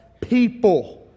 people